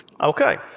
okay